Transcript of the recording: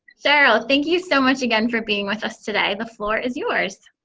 cheryl, thank you so much again for being with us today. the floor is yours.